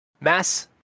Mass